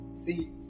See